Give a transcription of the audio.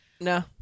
No